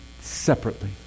separately